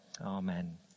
Amen